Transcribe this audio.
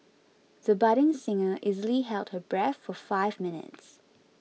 the budding singer easily held her breath for five minutes